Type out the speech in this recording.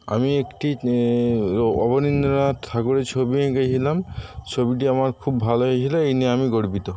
আমি একটি অবনীন্দ্রনাথ ঠাকুরের ছবি এঁকেছিলাম ছবিটি আমার খুব ভালো হয়েছিল এই নিয়ে আমি গর্বিত